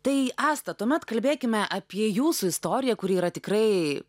tai asta tuomet kalbėkime apie jūsų istoriją kuri yra tikrai